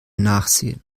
nachsehen